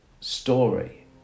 story